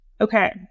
Okay